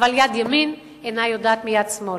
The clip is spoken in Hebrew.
אבל יד ימין אינה יודעת מיד שמאל,